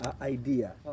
idea